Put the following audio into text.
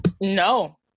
No